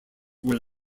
were